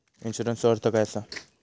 इन्शुरन्सचो अर्थ काय असा?